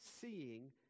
seeing